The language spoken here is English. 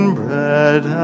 bread